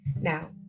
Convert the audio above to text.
Now